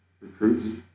recruits